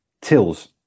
tills